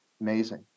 Amazing